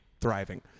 thriving